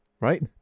Right